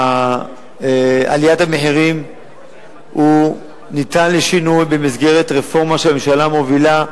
ועליית המחירים ניתן לשינוי במסגרת רפורמה שהממשלה מובילה,